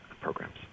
programs